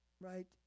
right